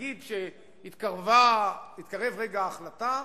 נגיד שהתקרב רגע ההחלטה,